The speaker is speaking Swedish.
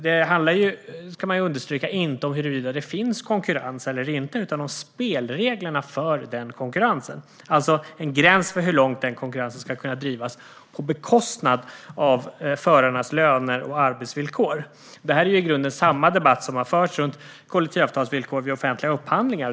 Det handlar, ska man understryka, inte om huruvida det finns konkurrens eller inte utan om spelreglerna för den konkurrensen - alltså en gräns för hur långt den konkurrensen ska kunna drivas på bekostnad av förarnas löner och arbetsvillkor. Det här är i grunden samma debatt som har förts kring kollektivavtalsvillkoret vid offentliga upphandlingar.